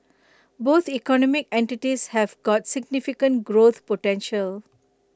both economic entities have got significant growth potential